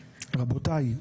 רבותיי,